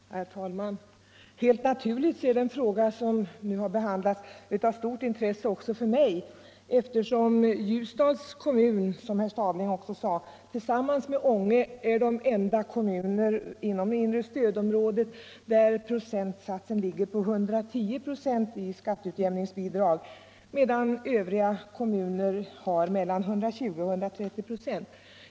Nr 19 Herr talman! Helt naturligt är den fråga som nu behandlas av stort Tisdagen den intresse också för mig, eftersom — vilket herr Stadling också påpekade 11 februari 1975 - Ljusdal och Ånge är de enda kommuner inom det inre stödområde = där skatteutjämningsbidraget ligger på 110 96, medan övriga kommuner - Om förkortning av har mellan 120 och 130 96.